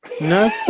No